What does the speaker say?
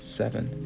seven